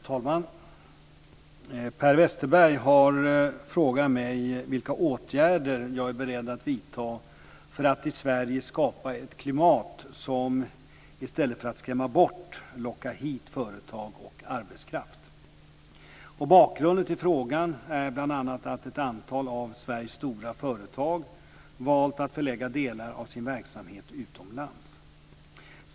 Herr talman! Per Westerberg har frågat mig vilka åtgärder jag är beredd att vidta för att i Sverige skapa ett klimat som, i stället för att skrämma bort, lockar hit företag och arbetskraft. Bakgrunden till frågan är bl.a. att ett antal av Sveriges stora företag valt att förlägga delar av sin verksamhet utomlands.